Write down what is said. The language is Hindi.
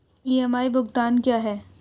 ई.एम.आई भुगतान क्या है?